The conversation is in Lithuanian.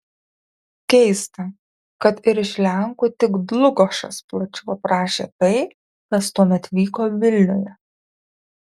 keista kad ir iš lenkų tik dlugošas plačiau aprašė tai kas tuomet vyko vilniuje